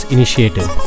Initiative